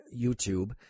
YouTube